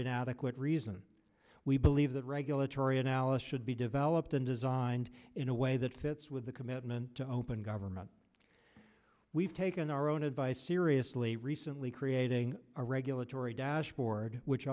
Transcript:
an adequate reason we believe that regulatory analysis should be developed and designed in a way that fits with the commitment to open government we've taken our own advice seriously recently creating a regulatory dashboard which